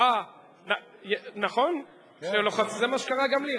אה, נכון, זה מה שקרה גם לי.